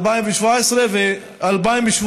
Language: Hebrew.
2017 ו-2018.